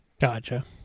Gotcha